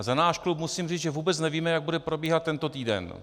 Za náš klub musím říct, že vůbec nevíme, jak bude probíhat tento týden.